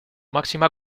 máxima